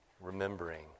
Remembering